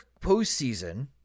postseason